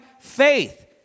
faith